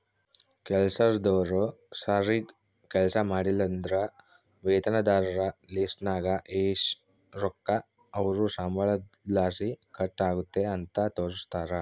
ಕೆಲಸ್ದೋರು ಸರೀಗ್ ಕೆಲ್ಸ ಮಾಡ್ಲಿಲ್ಲುದ್ರ ವೇತನದಾರರ ಲಿಸ್ಟ್ನಾಗ ಎಷು ರೊಕ್ಕ ಅವ್ರ್ ಸಂಬಳುದ್ಲಾಸಿ ಕಟ್ ಆಗೆತೆ ಅಂತ ತೋರಿಸ್ತಾರ